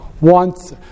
wants